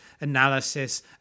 analysis